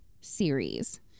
series